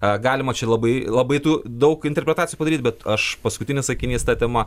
a galima čia labai labai tų daug interpretacijų padaryt bet aš paskutinis sakinys ta tema